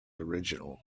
original